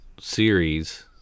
series